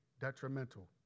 detrimental